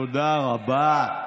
תודה רבה.